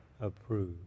approve